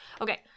Okay